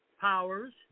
Powers